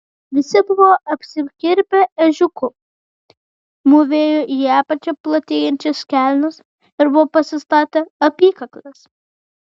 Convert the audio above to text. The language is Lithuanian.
visi buvo apsikirpę ežiuku mūvėjo į apačią platėjančias kelnes ir buvo pasistatę apykakles